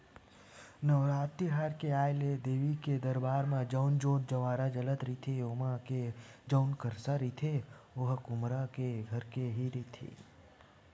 नवरात तिहार के आय ले देवी के दरबार म जउन जोंत जंवारा जलत रहिथे ओमा के जउन करसा रहिथे ओहा कुम्हार घर के ही रहिथे